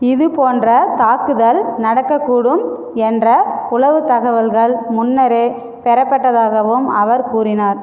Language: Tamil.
இதுபோன்ற தாக்குதல் நடக்கக்கூடும் என்ற உளவுத் தகவல்கள் முன்னரே பெறப்பட்டதாகவும் அவர் கூறினார்